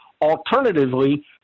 alternatively